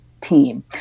team